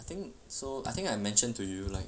I think so I think I mentioned to you like